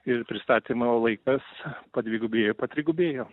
ir pristatymo laikas padvigubėjo patrigubėjo